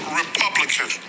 republican